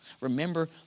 Remember